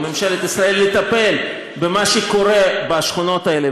של ממשלת ישראל לטפל במה שקורה בשכונות האלה,